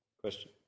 question